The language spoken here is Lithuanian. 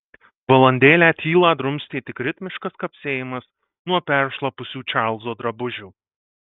valandėlę tylą drumstė tik ritmiškas kapsėjimas nuo peršlapusių čarlzo drabužių